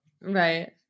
Right